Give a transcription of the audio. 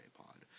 pod